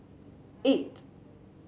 eight